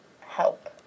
help